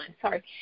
sorry